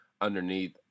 underneath